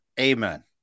Amen